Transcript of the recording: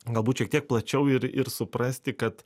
galbūt šiek tiek plačiau ir ir suprasti kad